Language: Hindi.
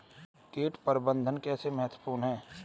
कीट प्रबंधन कैसे महत्वपूर्ण है?